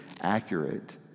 accurate